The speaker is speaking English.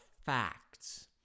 facts